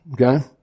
okay